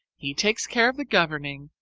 he takes care of the governing,